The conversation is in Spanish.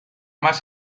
más